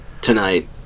tonight